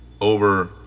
over